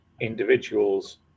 individuals